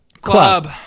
Club